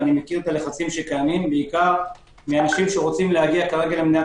ואני מכיר את הלחצים שקיימים בעיקר מאנשים שרוצים להגיע כרגע למדינת